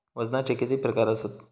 वजनाचे किती प्रकार आसत?